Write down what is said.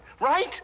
right